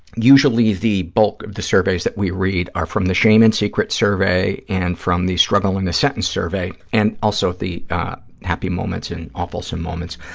usually the bulk of the surveys that we read are from the shame and secrets survey and from the struggle in a sentence survey, and also the happy moments and awfulsome moments,